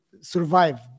survive